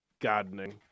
gardening